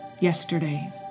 yesterday